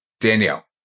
Danielle